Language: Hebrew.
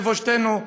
לבושתנו,